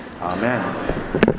Amen